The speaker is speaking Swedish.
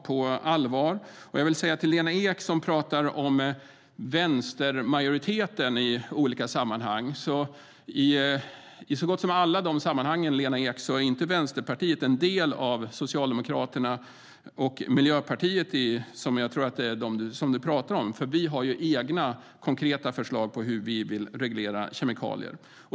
Till Lena Ek, som i olika sammanhang talar om vänstermajoriteten, vill jag säga att i så gott som alla de sammanhangen är Vänsterpartiet inte en del av Socialdemokraternas och Miljöpartiets förslag, som jag tror att du talar om. Vi har egna konkreta förslag på hur vi vill reglera kemikalier.